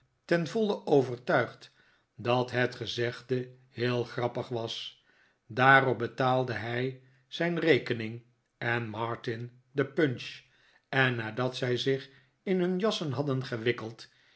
ten voile overtuigd dat het gezegde heel grappig was daarop betaalde hij zijn rekening en martin de punch en nadat zij zich in hun jassen hadden gewikkeld